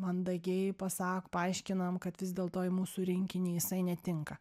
mandagiai pasak paaiškinam kad vis dėlto į mūsų rinkinį jisai netinka